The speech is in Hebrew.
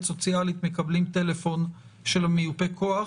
סוציאלית מקבלים טלפון של מיופה הכוח,